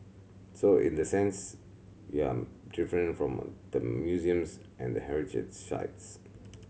so in the sense we are different from the museums and the heritage sites